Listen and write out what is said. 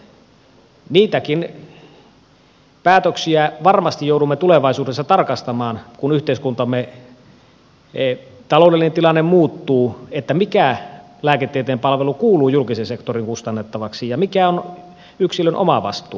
niitäkin päätöksiä varmasti joudumme tulevaisuudessa tarkastamaan kun yhteiskuntamme taloudellinen tilanne muuttuu mikä lääketieteen palvelu kuuluu julkisen sektorin kustannettavaksi ja mikä on yksilön oma vastuu